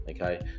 okay